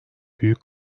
büyük